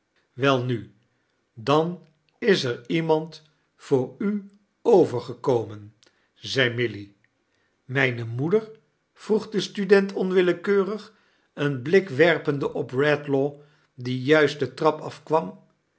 welnu dan er is iemand voor u overgekomeii zei milly mijn moeder vroeg lie student oawillekeuxig een blik werpende op bedlaw die juist de trap afkwam